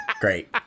great